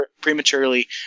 prematurely